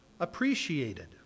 appreciated